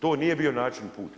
To nije bio način i put.